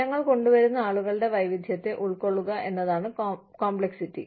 ഞങ്ങൾ കൊണ്ടുവരുന്ന ആളുകളുടെ വൈവിധ്യത്തെ ഉൾക്കൊള്ളുക എന്നതാണ് കോംപ്ലക്സിറ്റി